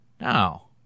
Now